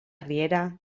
riera